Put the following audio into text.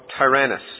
Tyrannus